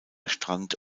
strand